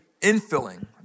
infilling